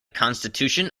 constitution